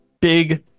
big